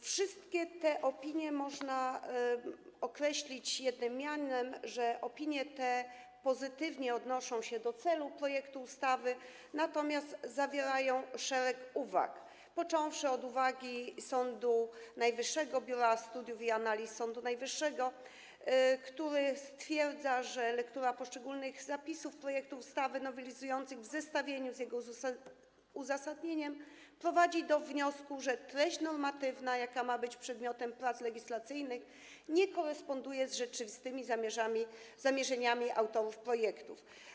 Wszystkie te opinie można określić jednym mianem, mianowicie że pozytywnie odnoszą się do celu projektu ustawy, natomiast zawierają szereg uwag, począwszy od uwagi Biura Studiów i Analiz Sądu Najwyższego, które stwierdza, że lektura poszczególnych zapisów projektu ustawy nowelizującej w zestawieniu z jego uzasadnieniem prowadzi do wniosku, że treść normatywna, jaka ma być przedmiotem prac legislacyjnych, nie koresponduje z rzeczywistymi zamierzeniami autorów projektu.